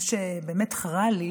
מה שבאמת חרה לי